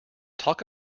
talk